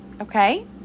Okay